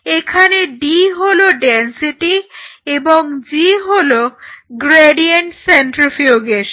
এখানে D হলো density এবং G হলো গ্রেডিয়েন্ট সেন্ট্রিফিউগেশন